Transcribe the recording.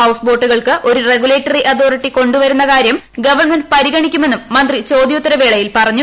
house ബോട്ടുകൾക്ക് ഒരു regulatory authority കൊണ്ടുവരുന്ന കാര്യം ഗവൺമെന്റ് പരിഗണിക്കുമെന്നും മന്ത്രി ചോദ്യോത്തരവേളയിൽ പറഞ്ഞു